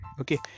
Okay